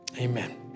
amen